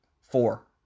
Four